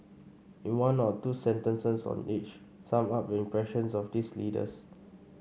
in one or two sentences on each sum up your impressions of these leaders